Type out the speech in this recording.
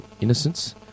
innocence